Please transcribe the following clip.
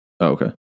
Okay